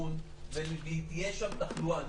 סיכון כי יש שם תחלואה.